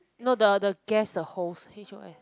not the the guest the host H O S